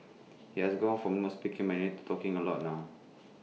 he has gone from not speaking Mandarin to talking A lot now